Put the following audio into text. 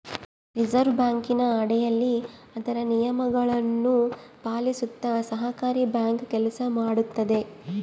reserve ಬ್ಯಾಂಕಿನ ಅಡಿಯಲ್ಲಿ ಅದರ ನಿಯಮಗಳನ್ನು ಪಾಲಿಸುತ್ತ ಸಹಕಾರಿ ಬ್ಯಾಂಕ್ ಕೆಲಸ ಮಾಡುತ್ತದೆ